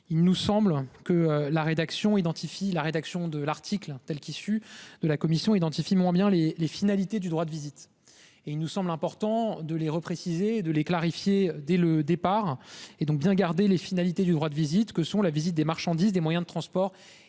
identifie la rédaction de l'article telle qu'issue de la commission identifie moins bien les les finalités du droit de visite et il nous semble important de les repréciser de les clarifier. Dès le départ et donc bien gardé les finalités du droit de visite que sont la visite des marchandises, des moyens de transport